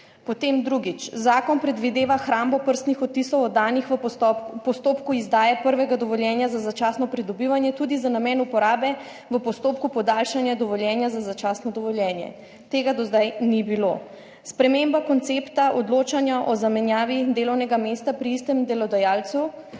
drugič. Zakon predvideva hrambo prstnih odtisov, oddanih v postopku izdaje prvega dovoljenja za začasno pridobivanje tudi za namen uporabe v postopku podaljšanja dovoljenja za začasno dovoljenje, tega do zdaj ni bilo. Sprememba koncepta odločanja o zamenjavi delovnega mesta pri istem delodajalcu,